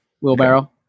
Wheelbarrow